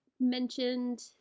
mentioned